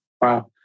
Wow